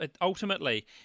ultimately